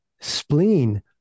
spleen